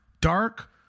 Dark